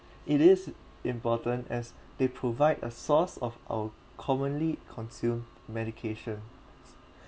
it is important as they provide a source of our commonly consumed medication